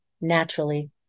naturally